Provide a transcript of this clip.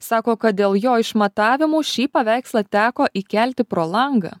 sako kad dėl jo išmatavimų šį paveikslą teko įkelti pro langą